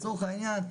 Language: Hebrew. לצורך העניין,